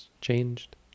changed